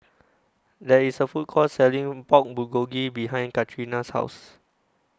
There IS A Food Court Selling Pork Bulgogi behind Katrina's House